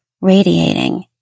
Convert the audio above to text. radiating